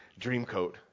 Dreamcoat